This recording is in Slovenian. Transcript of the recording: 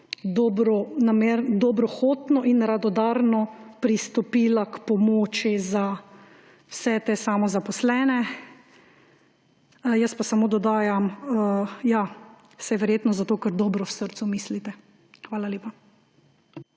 dobrohotno in radodarno pristopila k pomoči za vse te samozaposlene, jaz pa samo dodajam, ja, saj verjetno zato, ker dobro v srcu mislite. Hvala lepa.